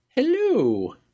hello